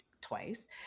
twice